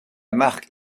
marque